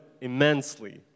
immensely